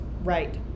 Right